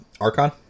Archon